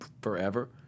forever